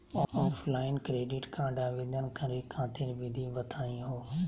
Offline credit card आवेदन करे खातिर विधि बताही हो?